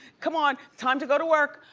come on, time to go to work.